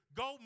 go